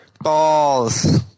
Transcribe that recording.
Balls